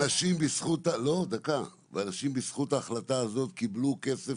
אבל בזכות ההחלטה ההיא אנשים קיבלו כסף.